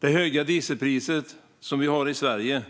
Det höga dieselpriset som vi har i Sverige